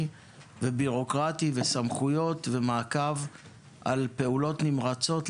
ובירוקרטי וסמכויות ומעקב על פעולות נמרצות.